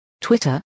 Twitter